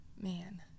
Man